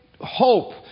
hope